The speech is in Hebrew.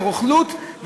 לרוכלות,